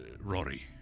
Rory